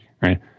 right